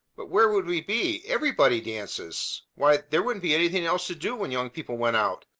but where would we be? everybody dances! why, there wouldn't be anything else to do when young people went out.